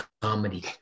comedy